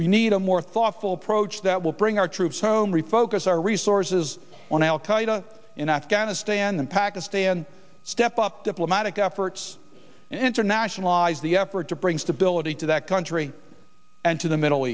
we need a more thoughtful approach that will bring our troops home refocus our resources on al qaeda in afghanistan and pakistan step up diplomatic efforts and internationalize the effort to bring stability to that country and to the middle